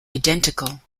identical